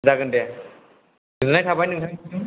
जागोन दे गोजोन्नाय थाबाय नोंथांनिसिम